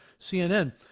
CNN